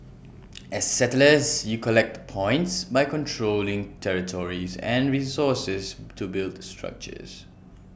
as settlers you collect points by controlling territories and resources to build structures